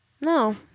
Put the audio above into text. No